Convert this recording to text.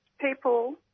people